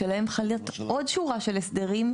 שעליהם חלים עוד שורה של הסדרים,